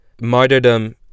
Martyrdom